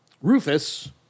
Rufus